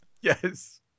Yes